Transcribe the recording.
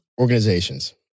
organizations